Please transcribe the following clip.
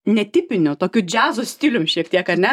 netipiniu tokiu džiazo stilium šiek tiek ar ne